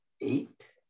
eight